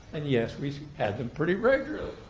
and yes, we had them pretty regularly.